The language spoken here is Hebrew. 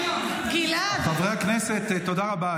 חברי הכנסת, תודה רבה.